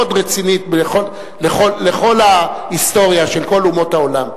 רצינית לכל ההיסטוריה של כל אומות העולם.